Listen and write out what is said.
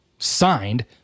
signed